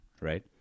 right